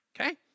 Okay